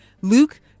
Luke